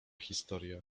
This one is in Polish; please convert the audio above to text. historia